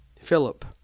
Philip